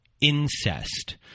incest